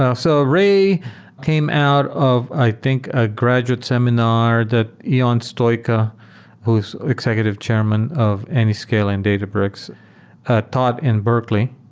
ah so ray came out of i think a graduate seminar that ion stoica who's executive chairman of anyscale and databrix ah taught in berkley.